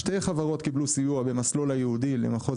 שתי חברות קיבלו סיוע במסלול הייעודי למחוז